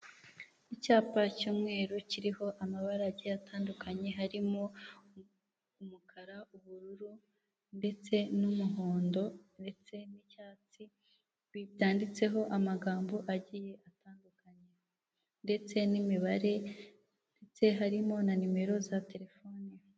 Isoko rifite ibicuruzwa bitandukanye by'imitako yakorewe mu Rwanda, harimo uduseke twinshi n'imitako yo mu ijosi, n'imitako yo kumanika mu nzu harimo n'ibibumbano bigiye bitandukanye n'udutebo.